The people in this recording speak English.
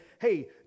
hey